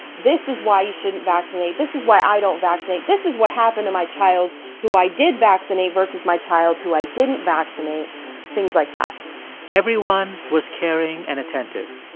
this is why you shouldn't vaccinate, this is why i don't vaccinate, this is what happened to my child who i did vaccinate versus my child who i didn't vaccinate things like that everyone was caring and attentive.